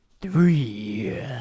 Three